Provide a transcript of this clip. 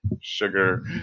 sugar